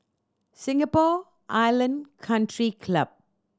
Singapore Island Country Club